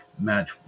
match